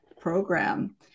program